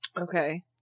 Okay